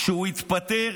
כשהוא התפטר